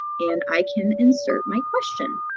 and i can insert my question.